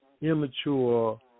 immature